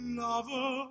lover